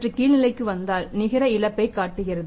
சற்று கீழ்நிலைக்கு வந்தாள்நிகர இழப்ப்பை காட்டுகிறது